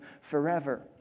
forever